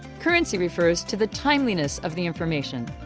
currency refers to the timeliness of the information.